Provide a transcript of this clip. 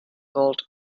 gold